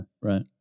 right